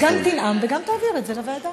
גם תנאם וגם תעביר את זה לוועדה.